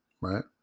right